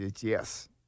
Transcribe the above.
yes